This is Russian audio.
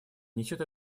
несет